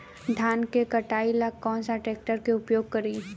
धान के कटाई ला कौन सा ट्रैक्टर के उपयोग करी?